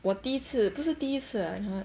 我第一次不是第一次 lah !huh!